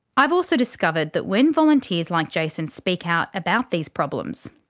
i've also discovered that when volunteers like jayson speak out about these problems,